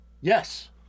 Yes